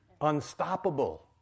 Unstoppable